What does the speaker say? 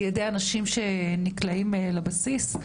על ידי אנשים שנקלעים לבסיס,